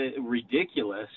ridiculous